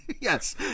Yes